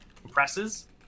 compresses